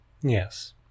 Yes